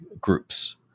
groups